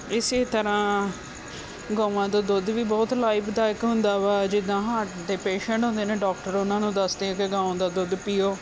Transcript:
ਇਸ ਤਰ੍ਹਾਂ ਗਊਆਂ ਦਾ ਦੁੱਧ ਵੀ ਬਹੁਤ ਲਾਭਦਾਇਕ ਹੁੰਦਾ ਵਾ ਜਿੱਦਾਂ ਹਾਰਟ ਦੇ ਪੇਸ਼ੈਂਟ ਹੁੰਦੇ ਨੇ ਡਾਕਟਰ ਉਹਨਾਂ ਨੂੰ ਦੱਸਦੇ ਕਿ ਗਾਂ ਦਾ ਦੁੱਧ ਪੀਓ